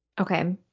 okay